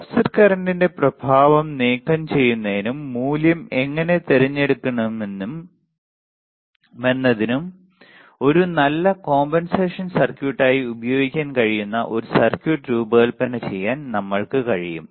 offset കറന്റിന്റെ പ്രഭാവം നീക്കംചെയ്യുന്നതിനും മൂല്യം എങ്ങനെ തിരഞ്ഞെടുക്കാമെന്നതിനും ഒരു നല്ല compenstaion സർക്യൂട്ടായി ഉപയോഗിക്കാൻ കഴിയുന്ന ഒരു സർക്യൂട്ട് രൂപകൽപ്പന ചെയ്യാൻ നമ്മൾക്ക് കഴിയും